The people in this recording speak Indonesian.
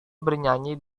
bernyanyi